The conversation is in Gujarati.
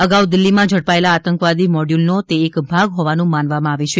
અગાઉ દિલ્હીમાં ઝડપાયેલા આતંકવાદી મોડ્યુલનો તે એક ભાગ હોવાનું માનવામાં આવે છે